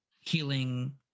healing